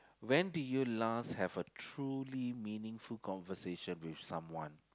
when did you last have a truly meaningful conversation with someone